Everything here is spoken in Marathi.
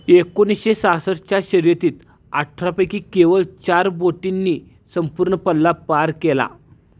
एकोणीसशे सहासष्टच्या शर्यतीत अठरापैकी केवळ चार बोटींनी संपूर्ण पल्ला पार केला